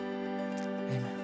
amen